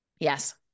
Yes